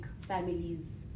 families